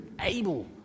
able